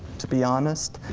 to be honest.